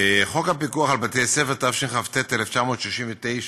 חוק הפיקוח על בתי-ספר, התשכ"ט 1969,